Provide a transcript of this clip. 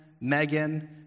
Megan